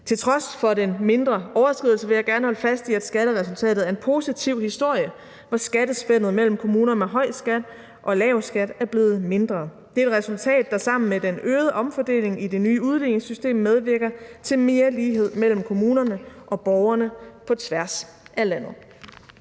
Til trods for den mindre overskridelse vil jeg gerne holde fast i, at skatteresultatet er en positiv historie, for skattespændet mellem kommuner med høj skat og kommuner med lav skat er blevet mindre. Det er et resultat, der sammen med den øgede omfordeling i det nye udligningssystem medvirker til mere lighed mellem kommunerne og borgerne på tværs af landet.